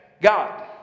god